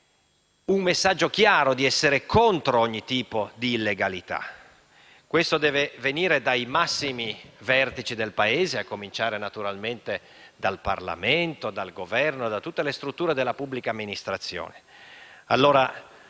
il messaggio chiaro che si è contro ogni tipo di illegalità, e questo deve venire dai massimi vertici del Paese, a cominciare naturalmente dal Parlamento, dal Governo e da tutte le strutture della pubblica amministrazione.